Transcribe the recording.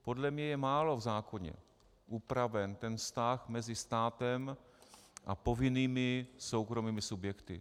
Podle mě je málo v zákoně upraven vztah mezi státem a povinnými soukromými subjekty.